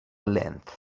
length